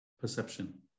Perception